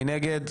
מי נגד?